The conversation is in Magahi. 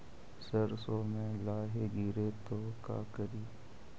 सरसो मे लाहि गिरे तो का करि?